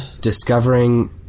discovering